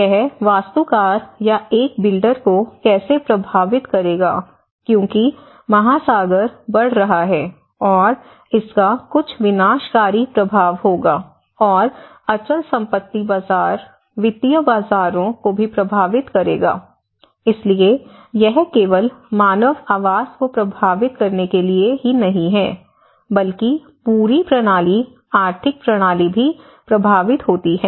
यह वास्तुकार या एक बिल्डर को कैसे प्रभावित करेगा क्योंकि महासागर बढ़ रहा है और इसका कुछ विनाशकारी प्रभाव होगा और अचल संपत्ति बाजार वित्तीय बाजारों को भी प्रभावित करेगा इसलिए यह केवल मानव आवास को प्रभावित करने के लिए ही नहीं है बल्कि पूरी प्रणाली आर्थिक प्रणाली भी प्रभावित होती है